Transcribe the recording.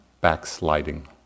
backsliding